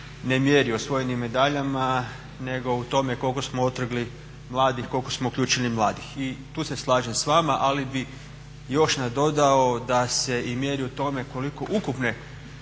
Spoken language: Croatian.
ne mjeri osvojenim medaljama nego u tome koliko smo otrgli mladih koliko smo uključili mladih i tu se slažem s vama. Ali bih još nadodao da se mjeri i u tome koliko ukupne